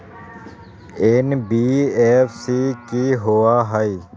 NBFC कि होअ हई?